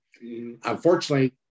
Unfortunately